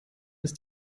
ist